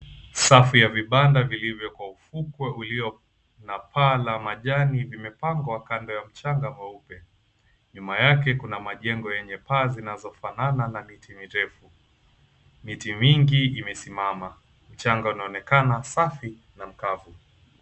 Safu ya vibanda vilivyo kwa ufukwe ulio na paa la manjani zimepangwa kando ya mchanga mweupe. Nyuma yake kuna majengo yenye paa zinazofanana na miti mirefu. Miti mingi imesimama, mchanga unaonekana safi na mkavu.